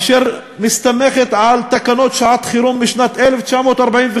אשר מסתמכת על תקנות שעת חירום משנת 1945,